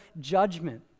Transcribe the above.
judgment